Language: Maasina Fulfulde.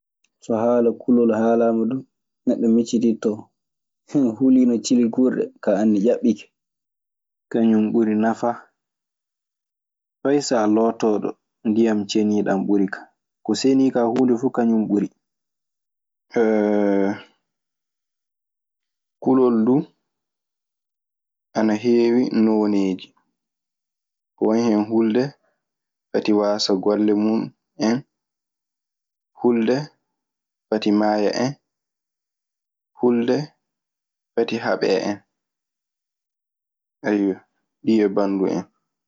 So haala kulol halama hun, neɗɗo miccitito, huliinon cili kurɗe nga ani ƴaɓike. Kulol du ana heewi nooneeji: Won hen hulde fati waasa golle mun en, hulde fati maaya en, hulde fati haɓee en. Ayyo, ɗii e bandun en.